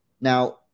now